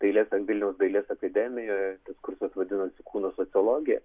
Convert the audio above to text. dailės ten vilniaus dailės akademijoje tas kursas vadinosi kūno sociologija